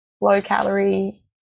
low-calorie